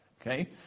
Okay